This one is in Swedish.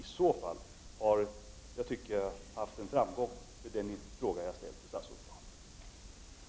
I så fall anser jag att jag har haft framgång med den fråga som jag har ställt till statsrådet Dahl.